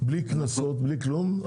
בלי קנסות, בלי כלום.